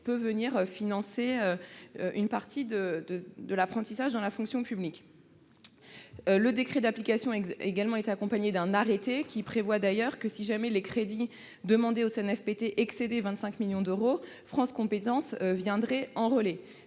venir financer une partie de l'apprentissage effectué dans la fonction publique. Ce décret d'application a également été accompagné d'un arrêté prévoyant que, si jamais les crédits demandés au CNFPT excédaient 25 millions d'euros, France compétences viendrait en relais.